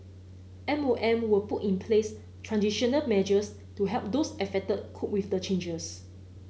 M O M will put in place transitional measures to help those affected cope with the changes